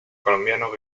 colombiano